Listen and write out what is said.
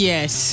Yes